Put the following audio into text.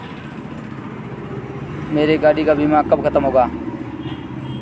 मेरे गाड़ी का बीमा कब खत्म होगा?